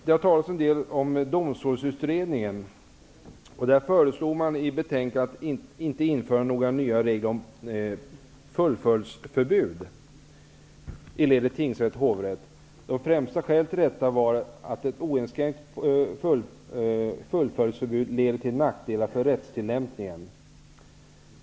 Det har talats en del om domstolsutredningen, och den föreslog i sitt betänkande att det inte skall införas några nya regler om fullföljdsförbud i ledet tingsrätt--hovrätt. Det främsta skälet för detta var att ett oinskränkt fullföljdsförbud leder till nackdelar för rättstillämpningen.